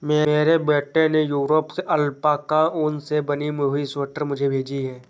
मेरे बेटे ने यूरोप से अल्पाका ऊन से बनी हुई स्वेटर मुझे भेजी है